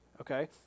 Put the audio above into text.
okay